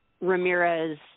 Ramirez